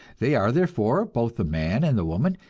they are therefore, both the man and the woman,